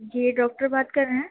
جی doctor بات کر رہے ہیں